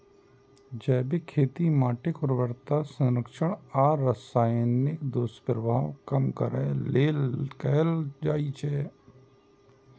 जैविक खेती माटिक उर्वरता संरक्षण आ रसायनक दुष्प्रभाव कम करै लेल कैल जाइ छै